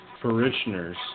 parishioners